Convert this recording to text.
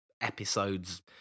episodes